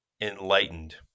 enlightened